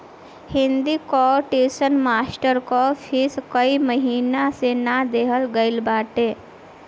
हिंदी कअ tuition master कअ fees कई महिना से ना देहल गईल बाटे